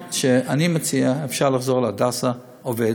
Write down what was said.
הפתרון שאני מציע: אפשר לחזור, הדסה עובד.